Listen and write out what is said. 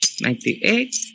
ninety-eight